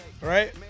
right